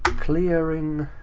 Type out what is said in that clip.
clearing.